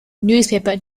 newspaper